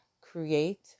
create